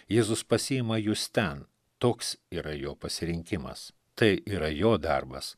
jėzus pasiima jus ten toks yra jo pasirinkimas tai yra jo darbas